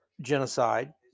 genocide